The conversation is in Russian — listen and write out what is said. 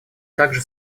также